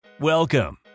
Welcome